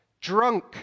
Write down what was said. Drunk